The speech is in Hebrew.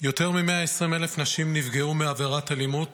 יותר מ-120,000 נשים נפגעו מעבירת אלימות